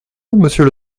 monsieur